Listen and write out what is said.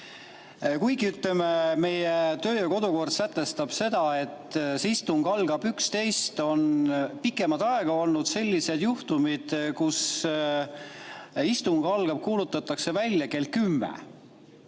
Kuigi, ütleme, meie kodu- ja töökord sätestab seda, et istung algab kell 11, on pikemat aega olnud sellised juhtumid, kus istung kuulutatakse välja kell 10.